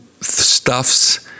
stuffs